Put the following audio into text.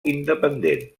independent